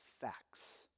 facts